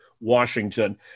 Washington